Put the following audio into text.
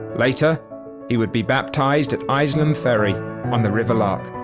later he would be baptized at isleham ferry on the river lark.